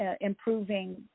improving